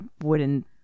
wooden